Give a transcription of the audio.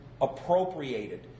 appropriated